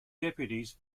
deputies